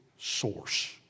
source